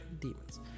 demons